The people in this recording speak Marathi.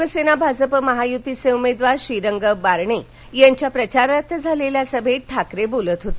शिवसेना भाजप महायुतीचे उमेदवार श्रीरंग बारणे यांच्या प्रचारार्थं झालेल्या सभेत ठाकरे बोलत होते